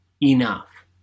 enough